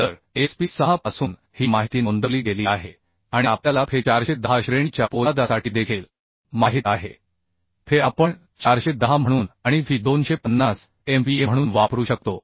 तर SP 6 पासून ही माहिती नोंदवली गेली आहे आणि आपल्याला FE 410 श्रेणीच्या पोलादासाठी देखील माहित आहे FE आपण 410 म्हणून आणि FI250 MPaम्हणून वापरू शकतो